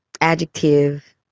Adjective